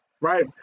right